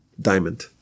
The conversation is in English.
diamond